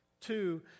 Two